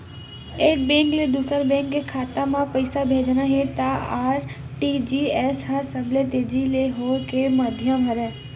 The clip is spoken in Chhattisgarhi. एक बेंक ले दूसर बेंक के खाता म पइसा भेजना हे त आर.टी.जी.एस ह सबले तेजी ले होए के माधियम हरय